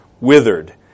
withered